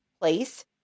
place